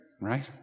right